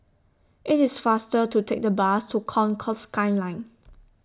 IT IS faster to Take The Bus to Concourse Skyline